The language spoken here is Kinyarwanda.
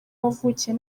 wavukiye